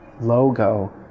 logo